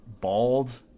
bald